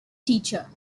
teacher